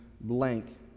blank